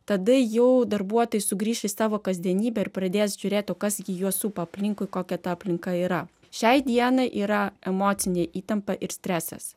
tada jau darbuotojai sugrįš į savo kasdienybę ir pradės žiūrėt o kas gi juos supa aplinkui kokia ta aplinka yra šiai dienai yra emocinė įtampa ir stresas